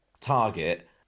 target